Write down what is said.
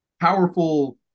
powerful